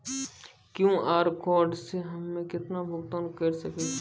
QR code से हम्मय केतना भुगतान करे सके छियै?